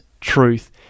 truth